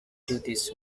duties